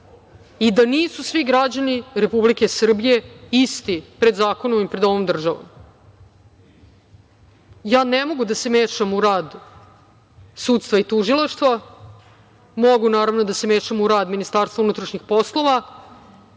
i da nisu svi građani Republike Srbije isti pred zakonom i pred ovom državom. Ja ne mogu da se mešam u rad sudstva i tužilaštva, mogu da se mešam u rad MUP i sprovođenja istraga,